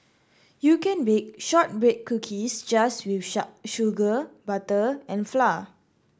you can bake shortbread cookies just with sugar butter and flour